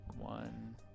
One